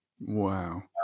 wow